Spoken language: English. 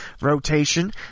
rotation